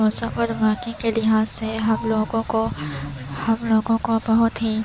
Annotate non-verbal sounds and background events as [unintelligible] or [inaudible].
موسم اور [unintelligible] کے لحاظ سے ہم لوگوں کو ہم لوگوں کو بہت ہی